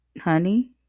honey